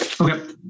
Okay